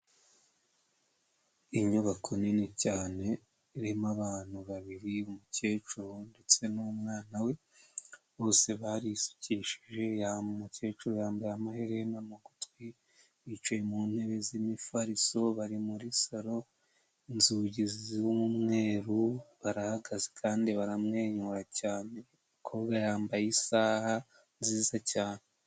Inyubako nini cyane irimo abantu babiri umukecuru ndetse n'umwana we bose barisukishije, umukecuru yambaye amaherena mu gutwi, bicaye mu ntebe z'imifariso bari muri salo, inzugi z'umweru barahagaze kandi baramwenyura cyane umukobwa yambaye isaha nziza cyane.